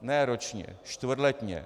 Ne ročně, čtvrtletně.